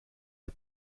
est